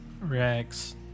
Rex